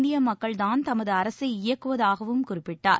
இந்திய மக்கள்தான் தமது அரசை இயக்குவதாகவும் குறிப்பிட்டார்